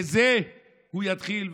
בזה הוא יתחיל.